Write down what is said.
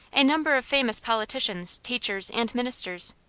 a number of famous politicians, teachers, and ministers.